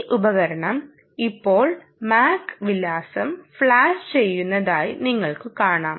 ഈ ഉപകരണം ഇപ്പോൾ MAC വിലാസം ഫ്ലാഷ് ചെയ്യുന്നതായി നിങ്ങൾക്കു കാണാം